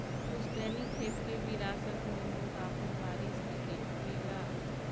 पुस्तैनी खेत के विरासत मे लोग आपन वारिस के देवे ला